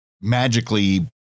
magically